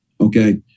Okay